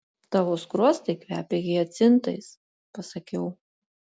tavo skruostai kvepia hiacintais pasakiau